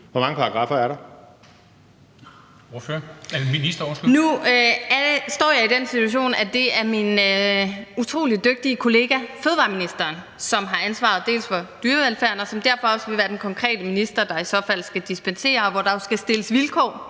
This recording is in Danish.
(Lea Wermelin): Nu står jeg i den situation, at det er min utrolig dygtige kollega fødevareministeren, som har ansvaret for dyrevelfærden, og som derfor også vil være den konkrete minister, der i så fald skal dispensere, hvor der jo skal stilles vilkår